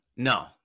No